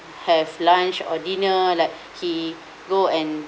have lunch or dinner like he go and